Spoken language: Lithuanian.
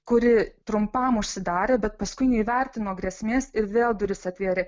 kuri trumpam užsidarė bet paskui neįvertino grėsmės ir vėl duris atvėrė